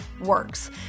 works